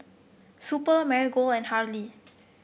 Super Marigold and Hurley